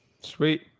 Sweet